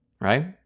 right